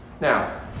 Now